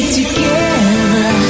together